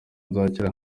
nzakira